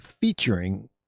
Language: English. featuring